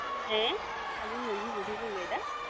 ᱦᱮᱸ ᱟᱹᱞᱤᱧ ᱢᱟᱹᱡᱷᱤ ᱵᱩᱰᱷᱤ ᱞᱤᱧ ᱞᱟᱹᱭ ᱫᱟ